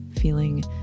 feeling